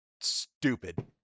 stupid